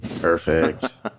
Perfect